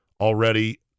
Already